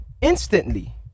instantly